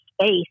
space